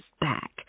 back